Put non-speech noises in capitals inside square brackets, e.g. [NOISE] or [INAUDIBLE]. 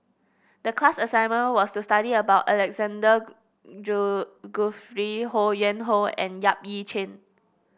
the class assignment was to study about Alexander [UNINTELLIGIBLE] Guthrie Ho Yuen Hoe and Yap Ee Chian